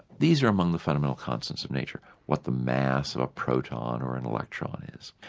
these are among the fundamental constants of nature, what the mass of a proton or and electron is.